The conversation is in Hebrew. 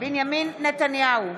בנימין נתניהו,